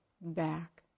back